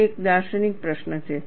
આ એક દાર્શનિક પ્રશ્ન છે